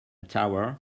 tower